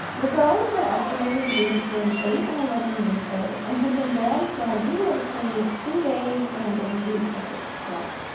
the girl has been estimated to be between eight and eleven years old, and had been dead anywhere between two days and week at this point.